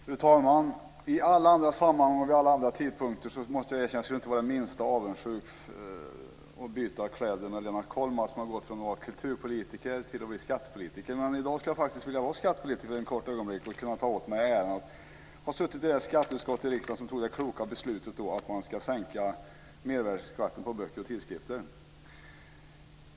Fru talman! I alla andra sammanhang och vid alla andra tidpunkter skulle jag inte varit det minsta avundsjuk på eller velat byta kläder med Lennart Kollmats, som gått från att vara kulturpolitiker till att bli skattepolitiker, men i dag skulle jag faktiskt för ett kort ögonblick vilja vara skattepolitiker och kunna ta åt mig äran av att i riksdagens skatteutskott ha fattat det kloka beslutet att sänka mervärdesskatten på böcker och tidskrifter.